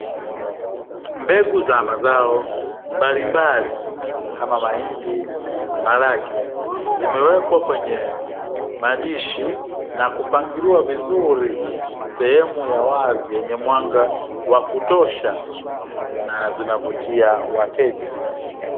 Mbegu za mazao mbalimbali kama; mahindi, maharagwe, zimewekwa kwenye madishi na kupangiliwa vizuri sehemu ya wazi yenye mwanga wa kutosha na zinavutia wateja.